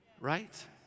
right